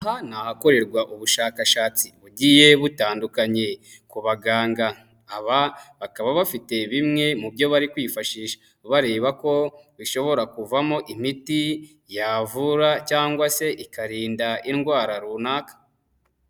Aha ni ahakorerwa ubushakashatsi bugiye butandukanye ku baganga, aba bakaba bafite bimwe mu byo bari kwifashisha bareba ko bishobora kuvamo imiti yavura cyangwa se ikarinda indwara runaka.